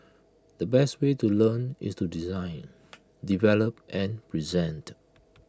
the best way to learn is to design develop and present